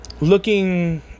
looking